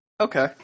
Okay